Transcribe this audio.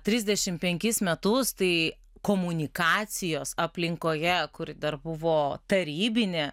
trisdešim penkis metus tai komunikacijos aplinkoje kuri dar buvo tarybinė